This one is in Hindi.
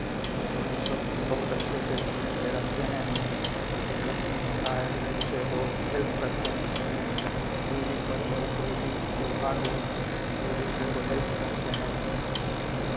और हम सब बहुत अच्छे से सब मिल के रहते हैं कोई दिक्कत नहीं होता है एक दूसरे को हेल्प करते हैं ये सब में कोई भी पर्व हो कोई भी त्योहार हो एक दूसरे को हेल्प करते हैं